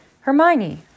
Hermione